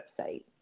website